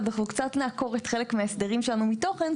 אנחנו קצת נעקור את חלק מההסדרים שלנו מתוכן,